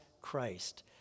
Christ